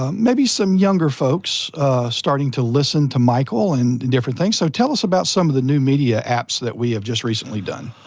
um maybe some younger folks starting to listen to michael and different things, so tell us about some of the new media apps that we have just recently done.